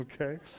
okay